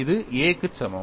இது A க்கு சமம்